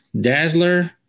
dazzler